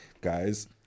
guys